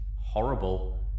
Horrible